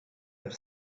have